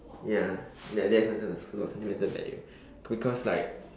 ya that that is considered as sentimental value because like